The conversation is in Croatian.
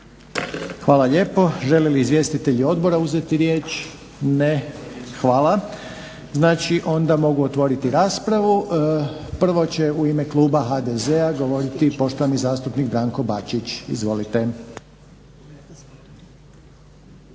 Hvala lijepo. Žele li izvjestitelji odbora uzeti riječ? Ne. Hvala. Znači onda mogu otvoriti raspravu. Prvo će u ime kluba HDZ-a govoriti poštovani zastupnik Branko Bačić. Izvolite.